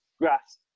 grass